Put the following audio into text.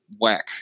whack